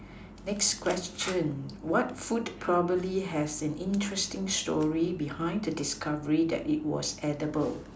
next question what food probably has an interesting story behind the discovery that it was edible